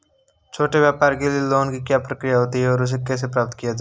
छोटे व्यापार के लिए लोंन की क्या प्रक्रिया होती है और इसे कैसे प्राप्त किया जाता है?